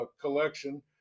collection